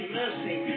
mercy